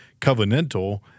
covenantal